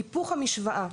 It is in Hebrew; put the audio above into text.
היפוך המשוואה.